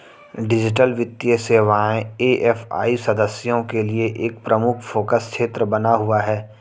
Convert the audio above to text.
digital वित्तीय सेवाएं AFI सदस्यों के लिए एक प्रमुख फोकस क्षेत्र बना हुआ है